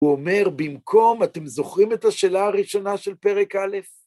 הוא אומר, במקום, אתם זוכרים את השאלה הראשונה של פרק א'?